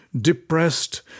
Depressed